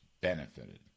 benefited